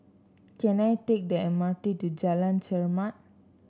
can I take the M R T to Jalan Chermat